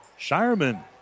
Shireman